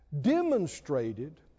demonstrated